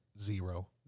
zero